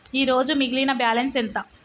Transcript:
ఈరోజు మిగిలిన బ్యాలెన్స్ ఎంత?